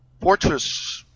Fortress